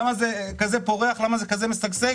למה זה כזה פורח, למה זה כזה משגשג?